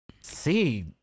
see